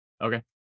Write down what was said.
Okay